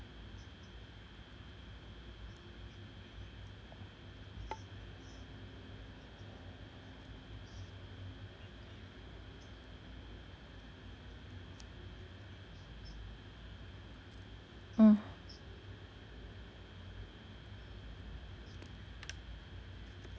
mm